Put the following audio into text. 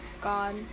God